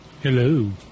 Hello